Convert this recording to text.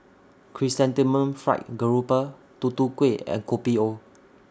Chrysanthemum Fried Grouper Tutu Kueh and Kopi O